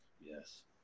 Yes